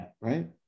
right